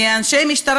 מאנשי משטרה,